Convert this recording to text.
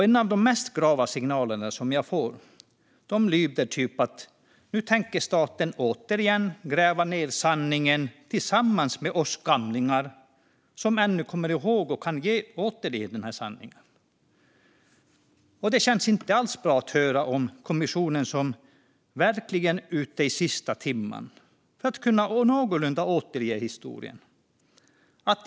En av de mest grava signaler jag får lyder typ så här: Nu tänker staten återigen gräva ned sanningen tillsammans med oss gamlingar som ännu kommer ihåg och kan återge sanningen. Det känns inte alls bra att höra detta om en kommission som verkligen är ute i elfte timmen för att kunna återge historien någorlunda.